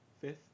Fifth